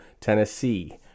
Tennessee